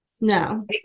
No